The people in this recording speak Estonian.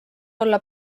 olla